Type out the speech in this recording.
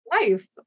life